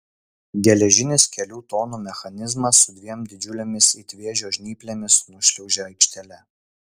geležinis kelių tonų mechanizmas su dviem didžiulėmis it vėžio žnyplėmis nušliaužė aikštele